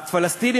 הפלסטינים,